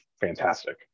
fantastic